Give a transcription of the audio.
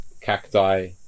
cacti